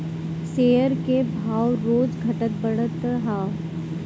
share के भाव रोज घटत बढ़त हअ